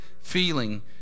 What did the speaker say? feeling